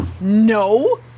No